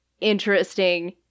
interesting